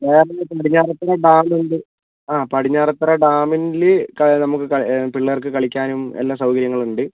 വേറെയെന്താ ഇപ്പോൾ പടിഞ്ഞാറത്തറ ഡാമുണ്ട് ആ പടിഞ്ഞാറത്തറ ഡാമിൽ നമുക്ക് പിള്ളേർക്ക് കളിക്കാനും എല്ലാം സൗകര്യങ്ങളുണ്ട്